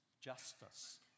justice